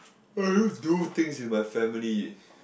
I don't do things with my family